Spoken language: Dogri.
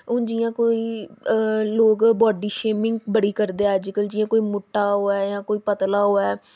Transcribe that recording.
हून जि'यां कोई लोग बाडी शेमिंग बड़ी करदे अजकल्ल जि'यां कोई मुट्टा होऐ जां कोई पतला होऐ